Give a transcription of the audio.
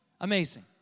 Amazing